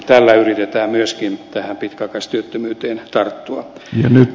tällä yritetään myöskin pitkäaikaistyöttömyyteen tarttua